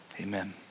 amen